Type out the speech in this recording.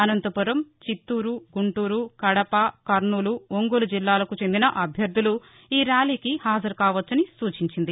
అసంతపురం చిత్తూరు గుంటూరు కడప కర్నూలు ఒంగోలు జిల్లాలకు చెందిన అభ్యర్థులు ఈ ర్యాలీకి హాజరుకావచ్చని సూచించింది